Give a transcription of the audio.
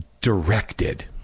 Directed